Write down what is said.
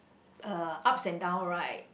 uh ups and down right